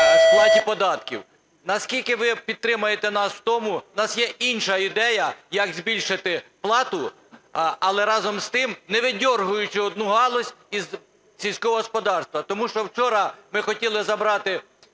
сплаті податків. Наскільки ви підтримаєте нас у тому, в нас є інша ідея, як збільшити плату, але разом з тим не видьоргуючи одну галузь із сільського господарства? Тому що вчора ми хотіли забрати